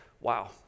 wow